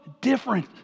different